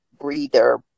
breather